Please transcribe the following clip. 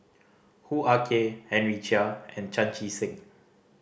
Hoo Ah Kay Henry Chia and Chan Chee Seng